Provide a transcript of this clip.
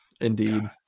Indeed